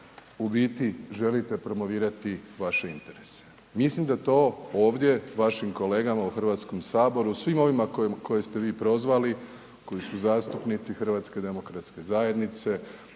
u biti želite promovirati vaše interese. Mislim da to ovdje vašim kolegama u HS, svima ovima koje ste vi prozvali, koji su zastupnici HDZ-a, koji su dio